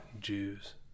Jews